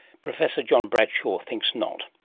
professor john bradshaw thinks not.